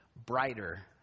Brighter